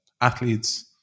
athletes